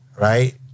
right